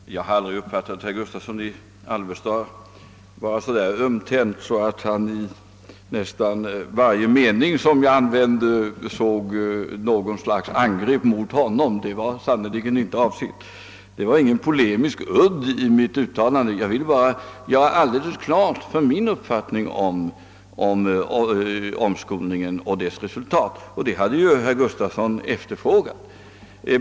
Herr talman! Jag har inte vetat att herr Gustavsson i Alvesta var så känslig att han i nästan varje mening som jag använde såg något slags angrepp mot honom. Det var sannerligen inte min avsikt. Det fanns ingen polemisk udd i mitt uttalande. Jag ville bara klarlägga min uppfattning om omskolningen och dess resultat. Och det hade ju herr Gustavsson efterfrågat.